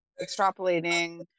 extrapolating